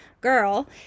girl